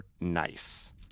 nice